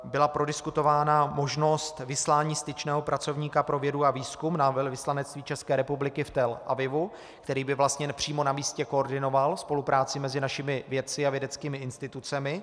Byla prodiskutována možnost vyslání styčného pracovníka pro vědu a výzkum na velvyslanectví České republiky v Tel Avivu, který by vlastně přímo na místě koordinoval spolupráci mezi našimi vědci a vědeckými institucemi.